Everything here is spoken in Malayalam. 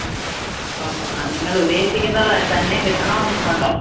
അതുശരി അപ്പം നിങ്ങൾ ഉദ്ദേശിക്കുന്നത് തന്നെ കിട്ടണം എന്നുണ്ടോ